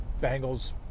Bengals